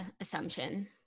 assumption